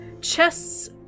chests